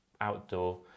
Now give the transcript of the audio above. outdoor